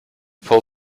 pull